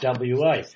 WA